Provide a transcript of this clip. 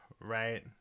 right